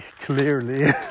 clearly